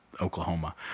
Oklahoma